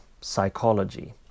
psychology